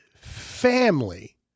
family